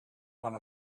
one